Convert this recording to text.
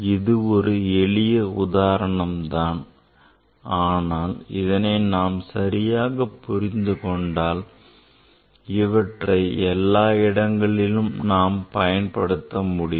இது ஒரு எளிய உதாரணம் தான் ஆனால் இதனை நாம் சரியாக புரிந்துகொண்டால் இவற்றை எல்லா இடங்களில் நாம் பயன்படுத்த முடியும்